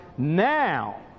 Now